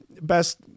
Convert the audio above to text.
Best